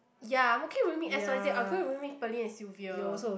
ya I'm okay rooming S_Y_Z I'm okay with rooming Pearlyn and Sylvia